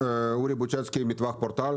אני ממטווח פורטל